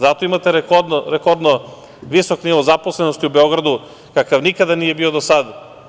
Zato imate rekordno visok nivo zaposlenosti u Beogradu, kakav nikada nije bio do sada.